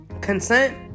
consent